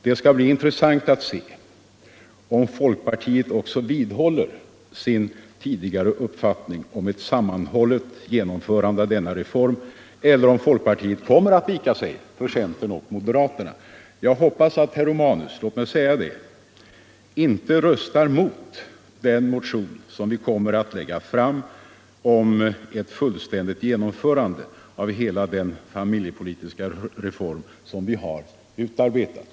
Det skall bli intressant att se om folkpartiet också vidhåller sin tidigare uppfattning om ett sammanhållet genomförande av denna reform eller om folkpartiet kommer att vika sig för centern och moderaterna. Jag hoppas att herr Romanus — låt mig säga det - inte röstar mot den motion som vi kommer att lägga fram om ett fullständigt genomförande av hela den familjepolitiska reform som vi har utarbetat.